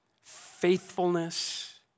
Faithfulness